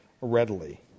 readily